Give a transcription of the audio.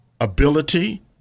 ability